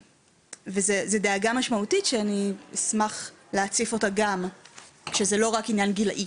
וזו דאגה משמעותית שאני אשמח להציף אותה גם כשלא רק עניין גילאי.